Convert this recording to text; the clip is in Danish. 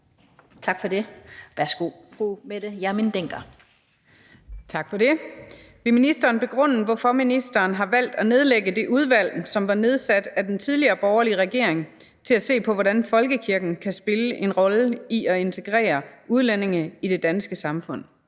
Til kirkeministeren af: Mette Hjermind Dencker (DF): Vil ministeren begrunde, hvorfor ministeren har valgt at nedlægge det udvalg, som var nedsat af den tidligere borgerlige regering til at se på, hvordan folkekirken kan spille en rolle i at integrere udlændinge i det danske samfund?